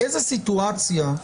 בסדר גמור.